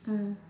mm